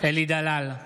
אלי דלל,